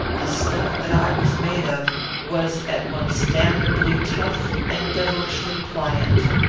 the stuff that i was made of was at once damnably tough and devilishly pliant.